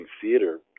theater